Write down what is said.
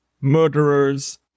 murderers